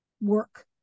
work